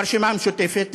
ברשימה המשותפת,